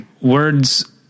words